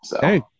Hey